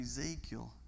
Ezekiel